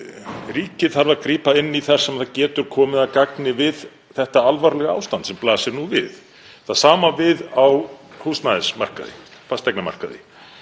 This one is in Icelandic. ríkið þarf að grípa inn í þar sem það getur komið að gagni við þetta alvarlega ástand sem blasir nú við. Það sama á við á húsnæðismarkaði, fasteignamarkaði,